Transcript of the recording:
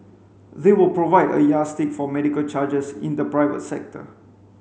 they will provide a yardstick for medical charges in the private sector